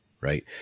right